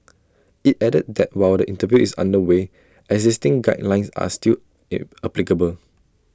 IT added that while the review is under way existing guidelines are still applicable